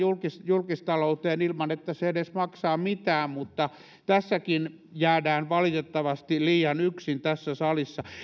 julkistalouteen ilman että se edes maksaa mitään mutta tässäkin jäämme valitettavasti liian yksin tässä salissa